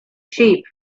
sheep